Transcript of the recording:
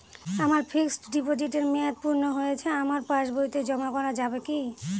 আমার ফিক্সট ডিপোজিটের মেয়াদ পূর্ণ হয়েছে আমার পাস বইতে জমা করা যাবে কি?